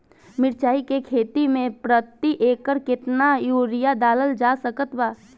मिरचाई के खेती मे प्रति एकड़ केतना यूरिया डालल जा सकत बा?